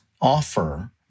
offer